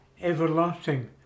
everlasting